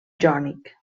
jònic